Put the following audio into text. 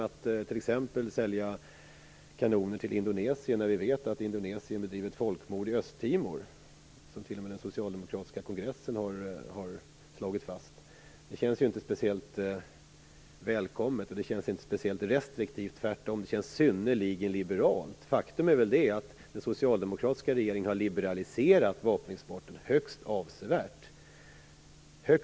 Att t.ex. sälja kanoner till Indonesien när vi vet att Indonesien begår ett folkmord i Östtimor, vilket t.o.m. den socialdemokratiska kongressen har slagit fast, känns inte speciellt restriktivt. Tvärtom - det känns synnerligen liberalt. Faktum är att den socialdemokratiska regeringen har liberaliserat vapenexporten högst avsevärt.